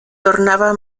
tornaba